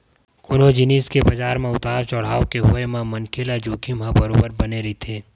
कोनो जिनिस के बजार म उतार चड़हाव के होय म मनखे ल जोखिम ह बरोबर बने रहिथे